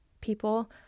people